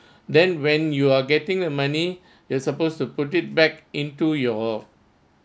then when you are getting the money you're supposed to put it back into your